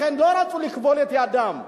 לכן, לא רצו לכבול את ידם.